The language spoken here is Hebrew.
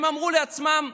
הם אמרו לעצמם: